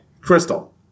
Crystal